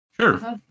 Sure